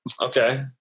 Okay